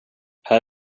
här